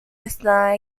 estaban